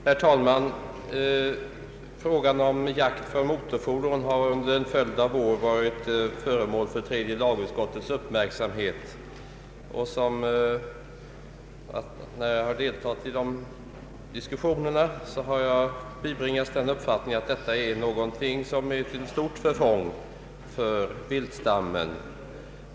Herr talman! Frågan om jakt från motorfordon har under en följd av år varit föremål för tredje lagutskottets uppmärksamhet. När jag deltagit i diskussionerna har jag bibringats den uppfattningen att sådan jakt är till stort förfång för viltstammen.